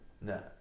No